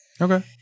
Okay